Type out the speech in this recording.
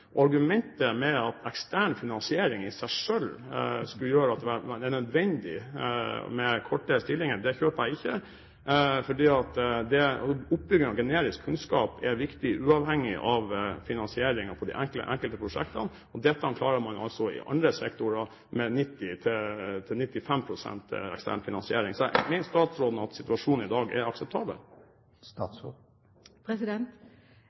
at ekstern finansiering i seg selv skulle gjøre at det er nødvendig med kortere stillinger, kjøper jeg ikke, for oppbygging av generisk kunnskap er viktig uavhengig av finansieringen av de enkelte prosjektene. Dette klarer man altså i andre sektorer med 90–95 pst. ekstern finansiering. Mener statsråden at situasjonen i dag er akseptabel?